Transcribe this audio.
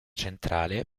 centrale